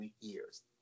years